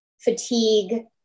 fatigue